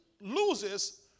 loses